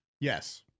Yes